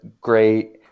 great